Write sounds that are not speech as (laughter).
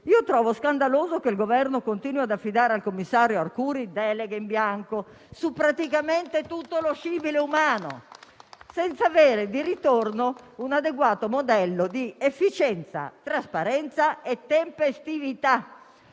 trovo scandaloso che il Governo continui ad affidare al commissario Arcuri deleghe in bianco praticamente su tutto lo scibile umano, (applause) senza avere di ritorno un adeguato modello di efficienza, trasparenza e tempestività.